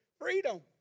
Freedom